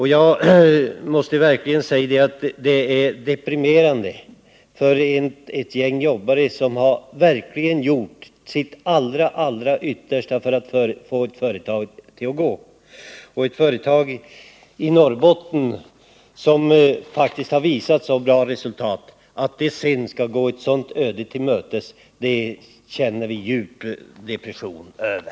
I det här fallet handlar det om ett gäng jobbare som verkligen har gjort sitt allra yttersta för att det företag de arbetar för skall ge resultat, och det handlar om ett företag i Norrbotten som faktiskt visat ett bra resultat. Nu har alltså ASSI planer på att lägga ned den här verksamheten. Att företaget skall behöva gå ett sådant öde till mötes känner vi oss djupt deprimerade över.